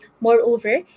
Moreover